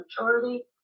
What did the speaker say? maturity